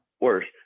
Worse